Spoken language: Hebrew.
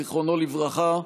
זיכרונו לברכה,